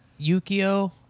Yukio